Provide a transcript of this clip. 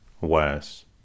worse